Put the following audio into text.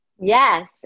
Yes